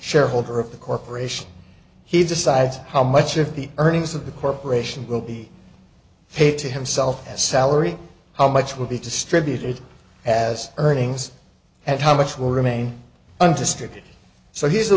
shareholder of the corporation he decides how much of the earnings of the corporation will be paid to himself as salary how much will be distributed as earnings and how much will remain undisputed so he's the